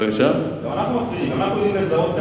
גם אנחנו מפרידים.